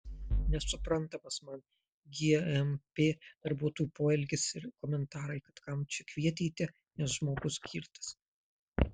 nesuprantamas man gmp darbuotojų poelgis ir komentarai kad kam čia kvietėte nes žmogus girtas